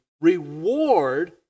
reward